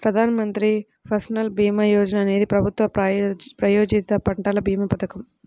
ప్రధాన్ మంత్రి ఫసల్ భీమా యోజన అనేది ప్రభుత్వ ప్రాయోజిత పంటల భీమా పథకం